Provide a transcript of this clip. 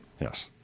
Yes